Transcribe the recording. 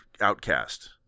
outcast